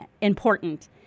important